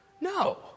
No